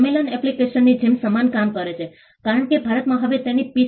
સંમેલન એપ્લિકેશનની જેમ સમાન કામ કરે છે કારણ કે ભારતમાં હવે તેની પી